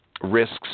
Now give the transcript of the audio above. risks